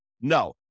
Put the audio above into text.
no